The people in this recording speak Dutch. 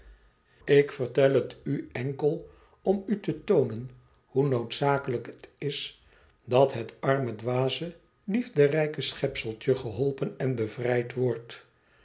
ik vertel het u enkel om u te toonen hoe noodzakelijk het is dat het arme dwaze liefderijke schepseltje geholpen en bevrijd wordt